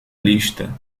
lista